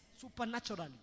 supernaturally